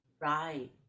Right